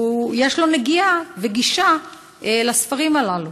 ויש לו נגיעה וגישה אל הספרים הללו.